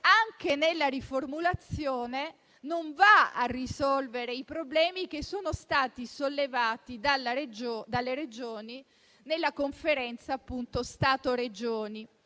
anche nella riformulazione, non risolve i problemi che sono stati sollevati dalle Regioni nella Conferenza Stato-Regioni.